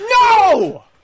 No